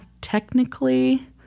technically